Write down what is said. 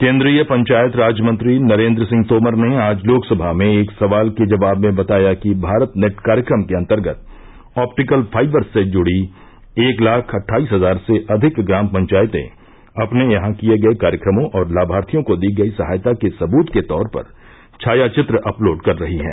केन्द्रीय पंचायत राज मंत्री नरेन्द्र सिंह तोमर ने आज लोकसभा में एक सवाल के जवाब में बताया कि भारत नेट कार्यक्रम के अन्तर्गत ऑप्टिकल फाइबर से जुड़ी एक लाख अट्ठाईस हजार से अधिक ग्राम पंचायतें अपने यहां किए गए कार्यक्रमों और लाभार्थियों को दी गई सहायता के सबूत के तौर पर छायाचित्र अपलोड कर रही हैं